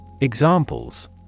Examples